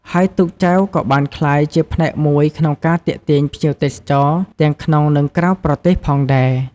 ហើយទូកចែវក៏បានក្លាយជាផ្នែកមួយក្នុងការទាក់ទាញភ្ញៀវទេសចរណ៍ទាំងក្នុង និងក្រៅប្រទេសផងដែរ។